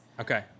Okay